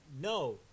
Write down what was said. No